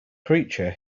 creature